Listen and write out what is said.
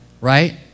right